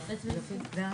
הצבעה